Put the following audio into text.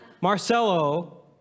Marcelo